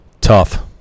Tough